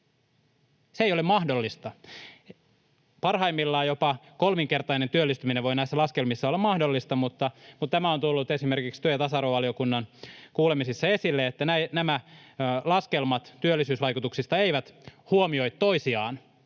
Se ei ole mahdollista. Parhaimmillaan jopa kolminkertainen työllistyminen voi näissä laskelmissa olla mahdollista, mutta tämä on tullut esimerkiksi työ- ja tasa-arvovaliokunnan kuulemisissa esille, että nämä laskelmat työllisyysvaikutuksista eivät huomioi toisiaan